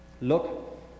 Look